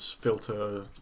filter